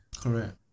Correct